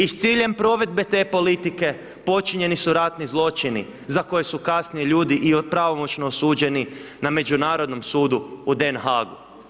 I s ciljem provedbe te politike počinjeni su ratni zločini za koje su kasnije ljudi i od pravomoćno osuđeni na Međunarodnom sudu u Den Haagu.